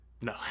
No